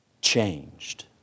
changed